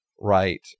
right